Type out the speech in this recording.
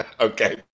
okay